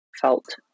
felt